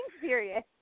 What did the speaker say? serious